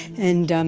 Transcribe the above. and um